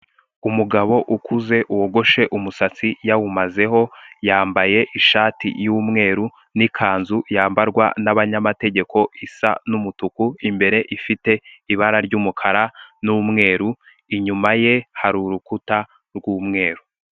Umugabo ukuze wogoshe umusatsi yawumazeho yambaye ishati y'umweru n'ikanzu yambarwa n'abanyamategeko isa n'umutuku imbere ifite ibara ry'umukara n'umweru inyuma ye hari urukuta rw'umweru.